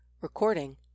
Recording